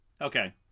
okay